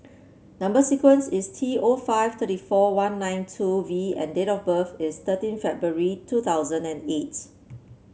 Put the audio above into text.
number sequence is T O five three four one nine two V and date of birth is thirteen February two thousand and eight